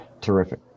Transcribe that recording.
Terrific